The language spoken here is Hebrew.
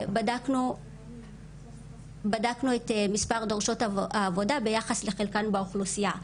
בדקנו את מספר דורשות העבודה ביחס לחלקן באוכלוסייה.